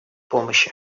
помощи